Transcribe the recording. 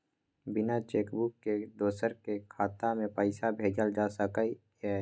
बिना cheque book के दोसर के खाता में पैसा भेजल जा सकै ये?